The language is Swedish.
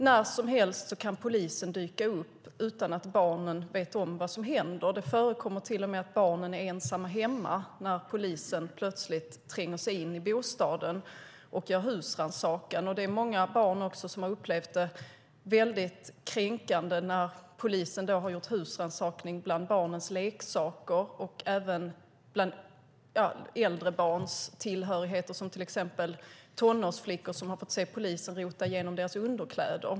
När som helst kan polisen dyka upp utan att barnen vet vad som händer. Det förekommer till och med att barnen är ensamma hemma när polisen plötsligt tränger sig in i bostaden och gör husrannsakan. Många barn har upplevt det som väldigt kränkande när polisen gjort husrannsakan bland deras leksaker och även bland äldre barns tillhörigheter. Tonårsflickor har till exempel fått se polisen rota igenom deras underkläder.